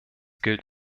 gilt